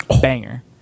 banger